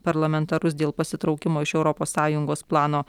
parlamentarus dėl pasitraukimo iš europos sąjungos plano